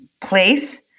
place